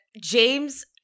James